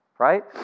right